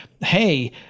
hey